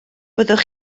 byddwch